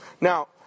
Now